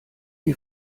die